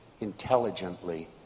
intelligently